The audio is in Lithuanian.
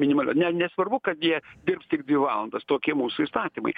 minimalios ne nesvarbu kad jie dirbs tik dvi valandas tokie mūsų įstatymai